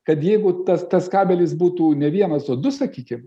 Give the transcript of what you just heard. kad jeigu tas tas kabelis būtų ne vienas o du sakykim